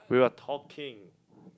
we were talking